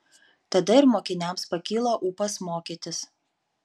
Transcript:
tada ir mokiniams pakyla ūpas mokytis